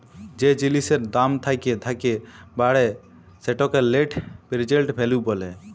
যে জিলিসের দাম থ্যাকে থ্যাকে বাড়ে সেটকে লেট্ পেরজেল্ট ভ্যালু ব্যলে